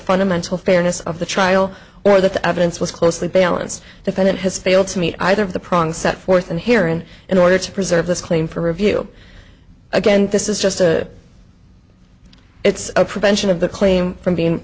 fundamental fairness of the trial or that the evidence was closely balance dependent has failed to meet either of the prongs set forth and here and in order to preserve this claim for review again this is just a it's a prevention of the claim from being